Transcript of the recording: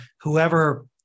Whoever